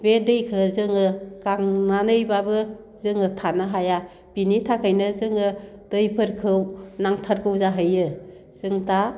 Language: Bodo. बे दैखो जोङो गांनानैब्लाबो जोङो थानो हाया बिनि थाखायनो जोङो दैफोरखौ नांथारगौ जाहैयो जों दा